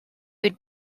would